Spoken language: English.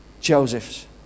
Joseph's